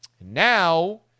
Now